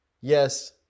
Yes